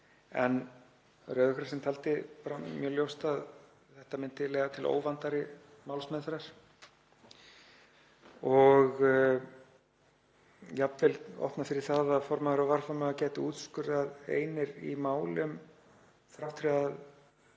En Rauði krossinn taldi mjög ljóst að þetta myndi leiða til óvandaðri málsmeðferðar og jafnvel opna fyrir það að formaður og varaformaður gætu úrskurðað einir í málum þrátt fyrir að